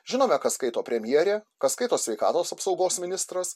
žinome ką skaito premjerė ką skaito sveikatos apsaugos ministras